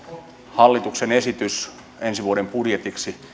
hallituksen esitys ensi vuoden budjetiksi